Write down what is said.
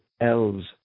elves